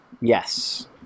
Yes